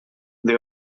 they